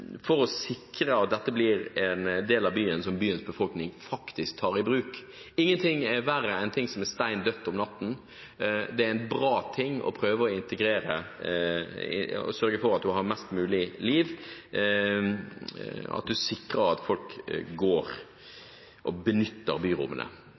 for å sikre at dette blir en del av byen som byens befolkning faktisk tar i bruk. Ingenting er verre enn ting som er steindødt om natten. Det er en bra ting å prøve å integrere og sørge for at du har mest mulig liv – at du sikrer at folk benytter byrommene.